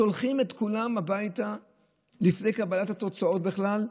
שולחים את כולם הביתה לפני קבלת התוצאות בכלל,